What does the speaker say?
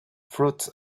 fruits